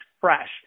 fresh